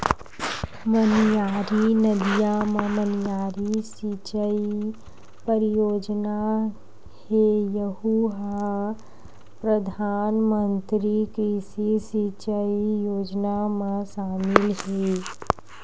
मनियारी नदिया म मनियारी सिचई परियोजना हे यहूँ ह परधानमंतरी कृषि सिंचई योजना म सामिल हे